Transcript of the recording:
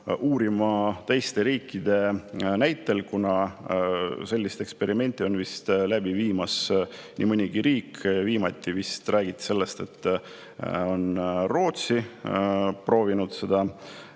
uurima teiste riikide näiteid, kuna sellist eksperimenti on vist läbi viimas nii mõnigi riik. Viimati vist räägiti sellest, et Rootsi on proovinud seda